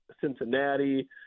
Cincinnati